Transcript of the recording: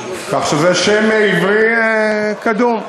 כך שזה שם עברי קדום.